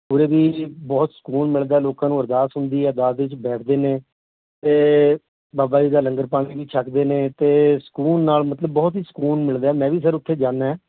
ਉਰੇ ਵੀ ਬਹੁਤ ਸਕੂਨ ਮਿਲਦਾ ਲੋਕਾਂ ਨੂੰ ਅਰਦਾਸ ਹੁੰਦੀ ਹੈ ਦੁਆਰ ਦੇ ਵਿੱਚ ਬੈਠਦੇ ਨੇ ਅਤੇ ਬਾਬਾ ਜੀ ਦਾ ਲੰਗਰ ਪਾਣੀ ਵੀ ਛਕਦੇ ਨੇ ਅਤੇ ਸਕੂਨ ਨਾਲ ਮਤਲਬ ਬਹੁਤ ਹੀ ਸਕੂਨ ਮਿਲਦਾ ਮੈਂ ਵੀ ਸਰ ਉੱਥੇ ਜਾਂਦਾ